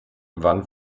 wann